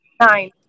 Nine